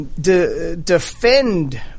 defend